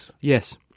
Yes